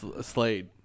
Slade